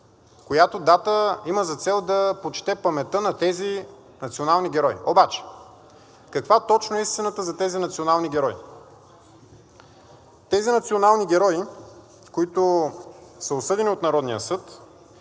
която дата има за цел да почете паметта на тези национални герои. Обаче каква точно е истината за тези национални герои? Тези национални герои, които са осъдени от Народния съд,